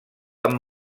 amb